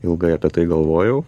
ilgai apie tai galvojau